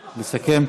לסכם?